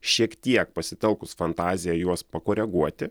šiek tiek pasitelkus fantaziją juos pakoreguoti